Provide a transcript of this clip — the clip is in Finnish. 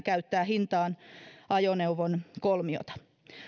käyttää hitaan ajoneuvon kolmiota